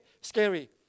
scary